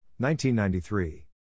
1993